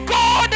God